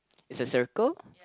it's a circle